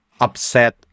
upset